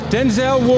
Denzel